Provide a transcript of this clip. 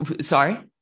Sorry